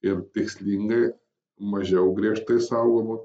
ir tikslingai mažiau griežtai saugomų